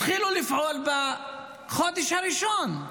התחילו לפעול בחודש הראשון.